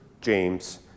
James